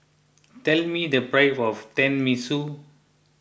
tell me the price of Tenmusu